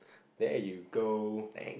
there you go